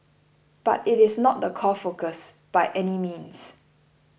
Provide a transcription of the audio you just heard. but it is not the core focus by any means